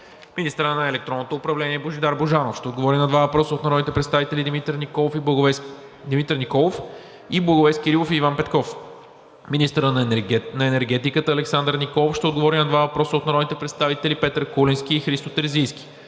Министърът на електронното управление Божидар Божанов ще отговори на два въпроса от народните представители Димитър Николов; и Благовест Кирилов и Иван Петков. 13. Министърът на енергетиката Александър Николов ще отговори на два въпроса от народните представители Петър Куленски; и Христо Терзийски.